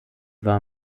war